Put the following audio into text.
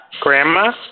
Grandma